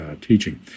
teaching